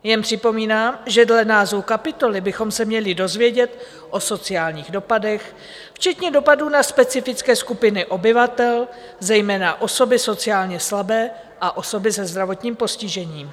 Jen připomínám, že dle názvu kapitoly bychom se měli dozvědět o sociálních dopadech, včetně dopadů na specifické skupiny obyvatel, zejména osoby sociálně slabé a osoby se zdravotním postižením.